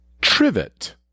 trivet